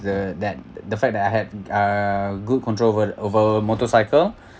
the that the fact that I had uh good control over th~ over motorcycle